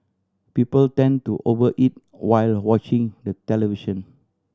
people tend to over eat while watching the television